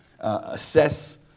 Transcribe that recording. Assess